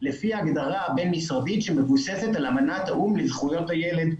לפי ההגדרה בין-משרדית שמבוססת על אמנת האו"מ לזכויות הילד.